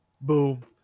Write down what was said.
boom